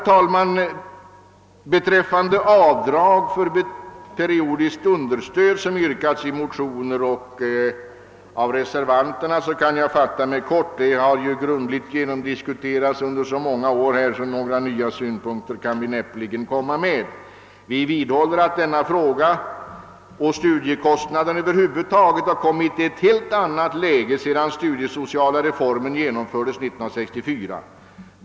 Vad frågan om avdrag för periodiskt understöd beträffar kan jag fatta mig kort om motionärernas och reservanternas yrkanden. Den frågan har diskuterats så grundligt under många år att man nu näppeligen kan anlägga några nya synpunkter på densamma. Vi vidhåller att den frågan och spörsmålet om studiekostnaderna över huvud taget har kommit i ett helt annat läge efter studiesociala reformens genomförande 1964.